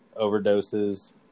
overdoses